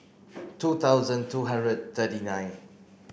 two thousand two hundred thirty nine